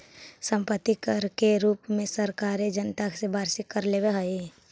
सम्पत्ति कर के रूप में सरकारें जनता से वार्षिक कर लेवेऽ हई